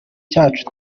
cyacu